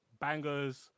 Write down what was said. Bangers